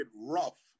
rough